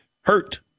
hurt